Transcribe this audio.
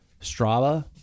Strava